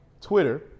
Twitter